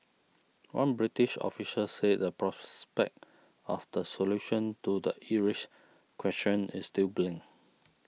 one British official said the prospect of the solution to the Irish question is still bleak